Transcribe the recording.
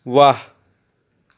ৱাহ